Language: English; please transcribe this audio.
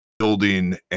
building